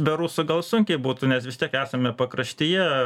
be rusų gal sunkiai būtų nes vis tiek esame pakraštyje